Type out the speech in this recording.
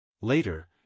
Later